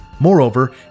Moreover